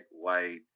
white